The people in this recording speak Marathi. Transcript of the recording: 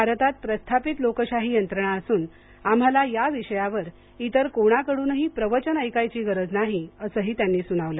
भारतात प्रस्थापित लोकशाही यंत्रणा असून आम्हाला याविषयावर इतर कोणाकडूनही प्रवचन ऐकायची गरज नाही असंही त्यांनी सुनावलं